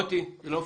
מוטי, זה לא פייר.